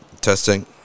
Testing